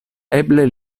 eble